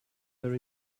their